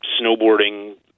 snowboarding